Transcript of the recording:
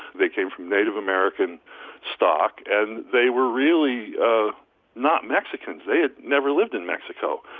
they came from native american stock and they were really not mexicans they had never lived in mexico.